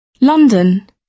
London